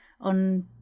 on